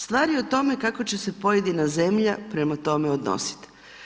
Stvar je u tome kako se će se pojedina zemlja prema tome odnositi.